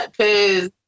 Cause